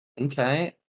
Okay